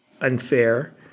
unfair